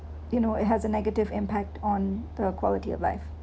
you know it has a negative impact on the quality of life